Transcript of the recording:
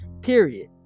period